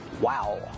Wow